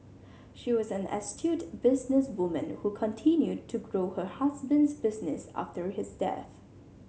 she was an astute businesswoman who continued to grow her husband's business after his death